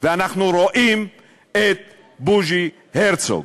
ואנחנו רואים את בוז'י הרצוג.